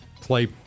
play